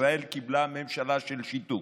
ישראל קיבלה ממשלה של שיתוק.